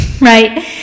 right